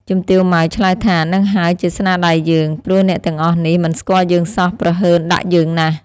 ជំទាវ ម៉ៅ ឆ្លើយថា "ហ្នឹងហើយជាស្នាដៃយើង ។ ព្រោះអ្នកទាំងអស់នេះ មិនស្គាល់យើងសោះ ព្រហើនដាក់យើងណាស់ ។"